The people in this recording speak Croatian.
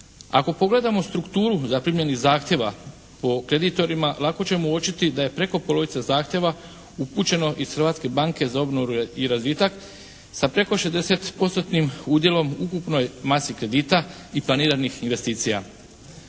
Ako pogledamo strukturu zaprimljenih zahtjeva po kreditorima lako ćemo uočiti da je preko polovice zahtjeva upućeno iz Hrvatske banke za obnovu i razvitak sa preko 60 postotnim udjelom ukupnoj masi kredita i planiranih investicija.